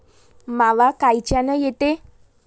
मावा कायच्यानं येते?